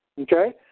Okay